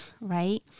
right